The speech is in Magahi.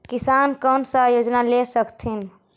किसान कोन सा योजना ले स कथीन?